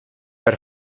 per